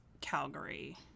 calgary